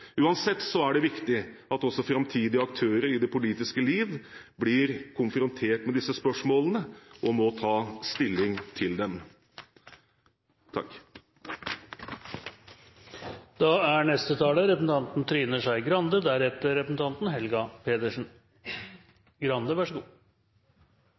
Uansett er det viktig at også framtidige aktører i det politiske liv blir konfrontert med disse spørsmålene og må ta stilling til dem.